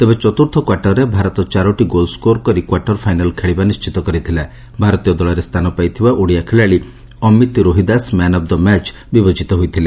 ତେବେ ଚତୁର୍ଥ କ୍ୱାର୍ଟରରେ ଭାରତ ଚାରୋଟି ଗୋଲ୍ସ୍କୋର କରି କ୍ୱାର୍ଟର ଫାଇନାଲ୍ ଖେଳିବା ନି ଭାରତୀୟ ଦଳରେ ସ୍ରାନ ପାଇଥିବା ଓଡ଼ିଆ ଖେଳାଳି Amit Rohidas man of the match ବିବେଚିତ ହୋଇଥିଲେ